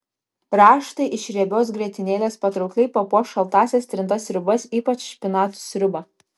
raštai iš riebios grietinėlės patraukliai papuoš šaltąsias trintas sriubas ypač špinatų sriubą